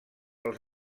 els